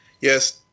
yes